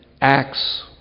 acts